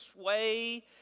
sway